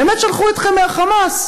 באמת שלחו אתכם מה"חמאס"?